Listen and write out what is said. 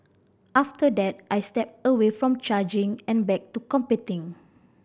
after that I stepped away from judging and back to competing